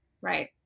Right